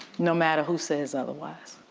no matter who says otherwise.